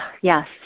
yes